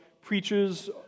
preaches